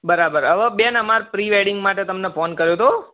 બરાબર હવે બેન અમારે પ્રી વેડિંગ માટે તમને ફોન કર્યો હતો